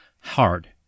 hard